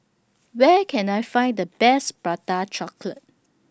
Where Can I Find The Best Prata Chocolate